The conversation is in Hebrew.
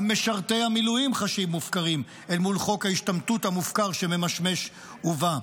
גם משרתי המילואים חשים מופקרים אל מול חוק ההשתמטות המופקר שממשמש ובא.